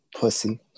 pussy